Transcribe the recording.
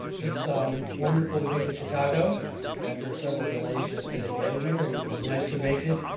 it's um wonderful to be in chicago after several delays yesterday getting here. it was nice to make it,